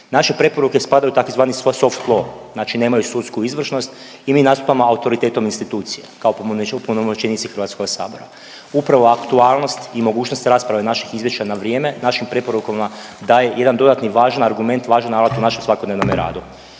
Naše preporuke spadaju u tzv. … znači nemaju sudsku izvršnost i mi nastupamo autoritetom institucije kao opunomoćenici HS-a. Upravo aktualnost i mogućnost rasprave naših izvješća na vrijeme našim preporukama daje jedan dodatni važan argument, važan alat u našem svakodnevnome radu.